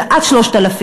זה עד 3,000,